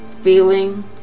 feeling